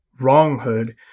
wronghood